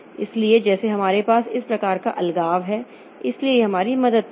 इसलिए जैसे हमारे पास इस प्रकार का अलगाव है इसलिए यह हमारी मदद करेगा